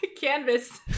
Canvas